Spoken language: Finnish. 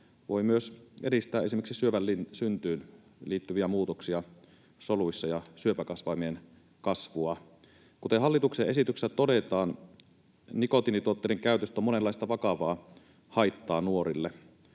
voi myös edistää esimerkiksi syövän syntyyn liittyviä muutoksia soluissa ja syöpäkasvaimien kasvua. Kuten hallituksen esityksessä todetaan, nikotiinituotteiden käytöstä on monenlaista vakavaa haittaa nuorille.